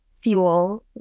fuel